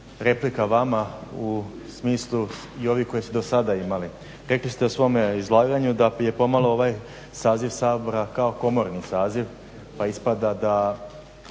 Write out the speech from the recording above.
replika vama u smislu i ove koji su do sada imali. Rekli ste u svom izlaganju da je pomalo ovaj saziv Sabor kao komorni saziv pa ispada da